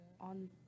on